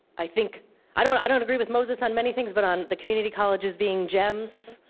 i think i don't i don't agree with moses on many things, but on the community colleges being gems,